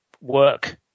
work